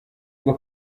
bwo